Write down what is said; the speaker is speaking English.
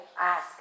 ask